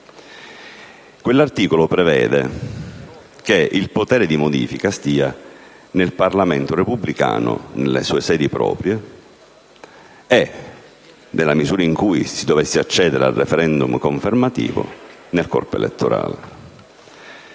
quell'articolo, che prevede che il potere di modifica stia nel Parlamento repubblicano nelle sue sedi proprie e, nella misura in cui si dovesse accedere al *referendum* confermativo, nel corpo elettorale.